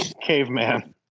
Caveman